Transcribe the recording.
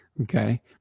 Okay